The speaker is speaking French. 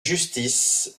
justice